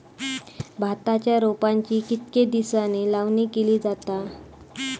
भाताच्या रोपांची कितके दिसांनी लावणी केली जाता?